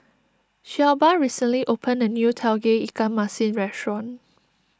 Shelba recently opened a new Tauge Ikan Masin restaurant